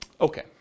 Okay